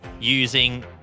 Using